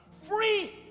free